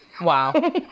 Wow